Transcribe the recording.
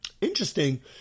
Interesting